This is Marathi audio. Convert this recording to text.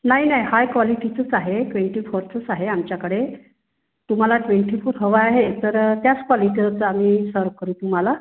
नाही नाही आहे क्वालिटीचंच आहे ट्वेंटी फोरचंच आहे आमच्याकडे तुम्हाला ट्वेंटी फोर हवं आहे तर त्याच क्वालिटीचं आम्ही सर्व करु तुम्हाला